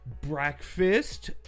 breakfast